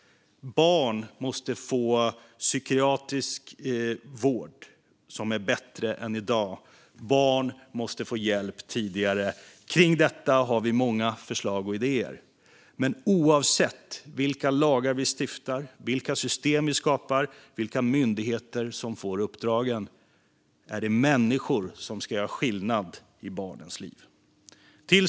Barn måste få psykiatrisk vård som är bättre än i dag. Barn måste få hjälp tidigare. Kring detta har vi många förslag och idéer, men oavsett vilka lagar som stiftas, vilka system som skapas och vilka myndigheter som får uppdragen är det människor som ska göra skillnad i barnens liv.